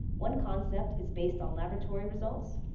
once concept is based on laboratory results,